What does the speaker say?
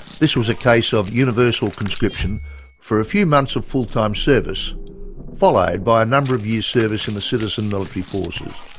this was a case of universal conscription for a few months of full-time service followed by a number of years service in the citizen military forces.